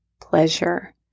pleasure